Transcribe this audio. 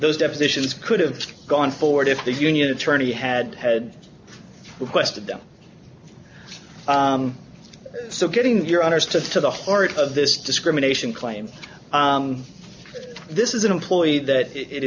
those depositions could have gone forward if the union attorney had had requested them so getting your honour's to to the heart of this discrimination claim this is an employee that it